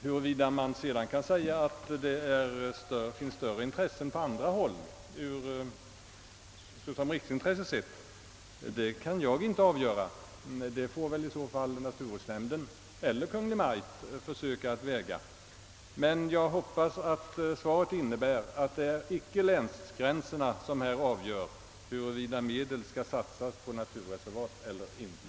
Huruvida man kan säga att det finns ett större riksintresse att tillvarata på andra håll kan inte jag avgöra — det får i så fall naturvårdsnämnden eller Kungl. Maj:t försöka göra — men jag hoppas att svaret innebär att det icke är länsgränserna som avgör huruvida medel skall satsas på naturreservat eller inte.